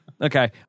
Okay